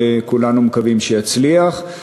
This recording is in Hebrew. שכולנו מקווים שיצליח,